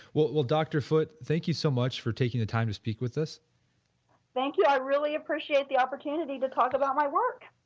well, dr. foote. thank you so much for taking the time to speak with us thank you. i really appreciate the opportunity to talk about my work